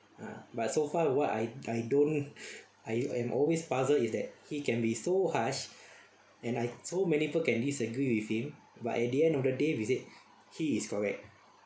but so far what I I don't I I'm always puzzle is that he can be so harsh and like so many people can disagree with him but at the end of the day we said he is correct